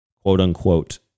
quote-unquote